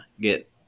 get